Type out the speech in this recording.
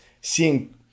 seeing